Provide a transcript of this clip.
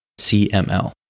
CML